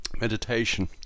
Meditation